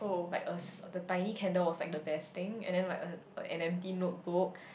like a the tiny candle was like the best thing and then like a an empty note book